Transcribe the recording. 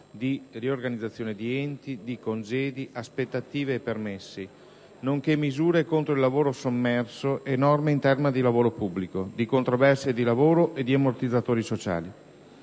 di riorganizzazione di enti, di congedi, aspettative e permessi, nonché misure contro il lavoro sommerso e norme in tema di lavoro pubblico, di controversie di lavoro e di ammortizzatori sociali,